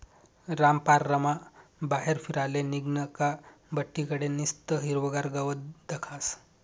रामपाररमा बाहेर फिराले निंघनं का बठ्ठी कडे निस्तं हिरवंगार गवत दखास